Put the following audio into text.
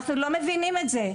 אנחנו לא מבינים את זה.